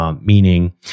Meaning